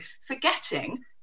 forgetting